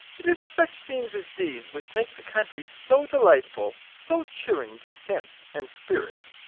it is such scenes as these which make the country so delightful, so cheering to sense and spirit!